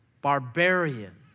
barbarian